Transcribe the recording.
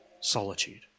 solitude